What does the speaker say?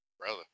Brother